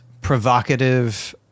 provocative